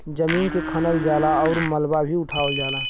जमीन के खनल जाला आउर मलबा भी उठावल जाला